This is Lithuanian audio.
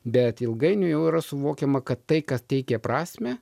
bet ilgainiui jau yra suvokiama kad tai kas teikia prasmę